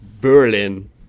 Berlin